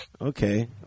Okay